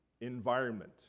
environment